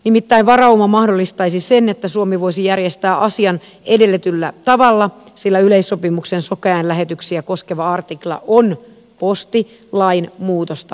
nimittäin varauma mahdollistaisi sen että suomi voisi järjestää asian edellä mainitulla tavalla sillä yleissopimuksen sokeain lähetyksiä koskeva artikla on postilain muutosta laajempi